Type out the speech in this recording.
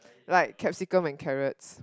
like capsicum and carrots